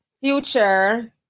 Future